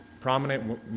prominent